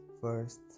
first